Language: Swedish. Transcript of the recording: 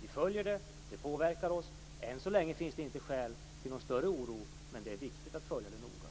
Vi följer utvecklingen, den påverkar oss. Än så länge finns det inte något skäl till någon större oro, men det är viktigt att följa det noga.